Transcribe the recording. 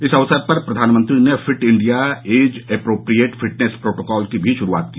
इस अवसर पर प्रधानमंत्री ने fit India age appropriate fitness protocol की भी शुरूआत की